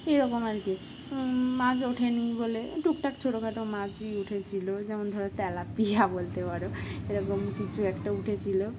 এরকম আর কি মাছ ওঠেনি বলে টুকটাক ছোটোখাটো মাছই উঠেছিলো যেমন ধরো তেলাপিয়া বলতে পারো এরকম কিছু একটা উঠেছিলো